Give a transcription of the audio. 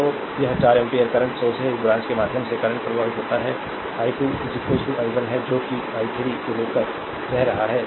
तो यह 4 ampere current source है इस ब्रांच के माध्यम से करंट प्रवाहित होता है i2 यह i 1 है जो कि i 3 से होकर बह रहा है